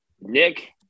Nick